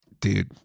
Dude